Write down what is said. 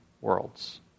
worlds